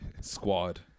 squad